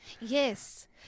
Yes